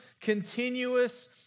continuous